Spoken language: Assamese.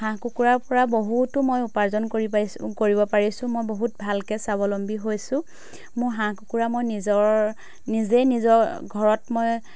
হাঁহ কুকুৰাৰ পৰা বহুতো মই উপাৰ্জন কৰি পাইছোঁ কৰিব পাৰিছোঁ মই বহুত ভালকৈ স্বাৱলম্বী হৈছোঁ মোৰ হাঁহ কুকুৰা মই নিজৰ নিজেই নিজৰ ঘৰত মই